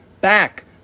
back